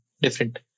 different